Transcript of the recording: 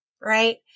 right